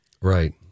right